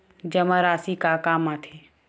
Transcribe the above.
जमा राशि का काम आथे?